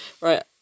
Right